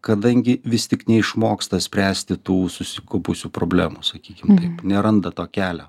kadangi vis tik neišmoksta spręsti tų susikaupusių problemų sakykim taip neranda to kelio